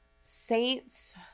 Saints